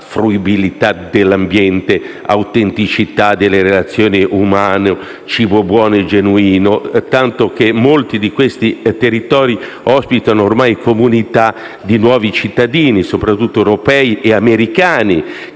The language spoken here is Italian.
fruibilità dell'ambiente, autenticità delle relazioni umane, cibo buono e genuino, tanto che molti di questi territori ospitano ormai comunità di nuovi cittadini, soprattutto europei e americani,